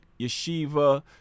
Yeshiva